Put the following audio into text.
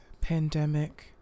pandemic